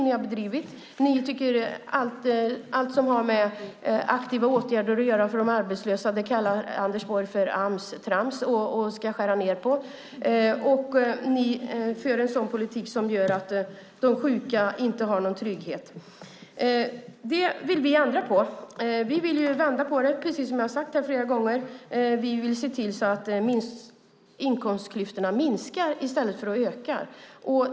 Ni tycker att allt som har med aktiva åtgärder för de arbetslösa att göra är Amstrams, som Anders Borg kallar det, och det ska skäras ned. Ni för en politik som gör att de sjuka inte har någon trygghet. Vi vill ändra på detta. Vi vill vända på det, precis som jag har sagt flera gånger, och se till att inkomstklyftorna minskar i stället för att öka.